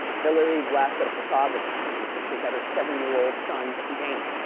hilary blasted a photographer for taking pictures at her seven-year-old son's game.